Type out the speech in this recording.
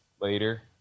later